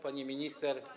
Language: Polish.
Pani Minister!